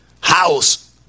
house